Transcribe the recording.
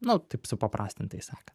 nu taip supaprastintai sakant